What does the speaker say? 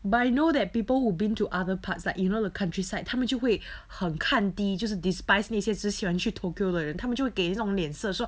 but I know that people who been to other parts like you know the countryside 他们就会很看低就是 despised 那些只喜欢去 tokyo 的人他们就会给这种脸色说